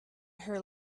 her